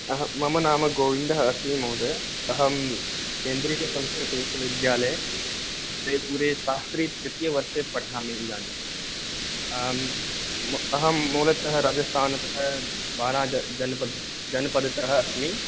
मम नाम गोविन्दः अस्मि महोदय अहं केन्द्रीयसंस्कृतविश्वविद्यालये जयपुरे शास्त्रीतृतीयवर्षे पठामि इदानीम् अहं मूलतः राजस्थानस्य वाराज जनपदतः अस्मि